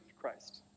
Christ